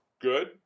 good